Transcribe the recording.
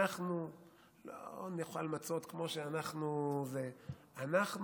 אנחנו לא נאכל מצות כמו שאנחנו, אנחנו